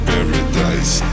Paradise